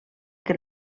què